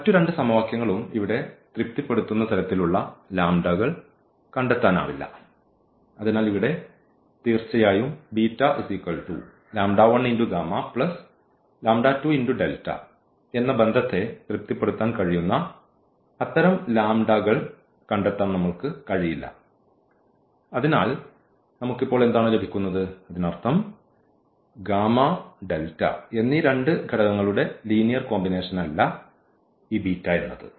മറ്റു രണ്ട് സമവാക്യങ്ങളും ഇവിടെ തൃപ്തിപ്പെടുത്തുന്ന തരത്തിൽ ഉള്ള കൾ കണ്ടെത്താനാവില്ല അതിനാൽ ഇവിടെ തീർച്ചയായും എന്ന ബന്ധത്തെ തൃപ്തിപ്പെടുത്താൻ കഴിയുന്ന അത്തരം കൾ കണ്ടെത്താൻ നമ്മൾക്ക് കഴിയില്ല അതിനാൽ നമുക്ക് ഇപ്പോൾ എന്താണ് ലഭിക്കുന്നത് അതിനർത്ഥം എന്നീ രണ്ട് ഘടകങ്ങളുടെ ലീനിയർ കോമ്പിനേഷൻ അല്ല ഈ എന്നത്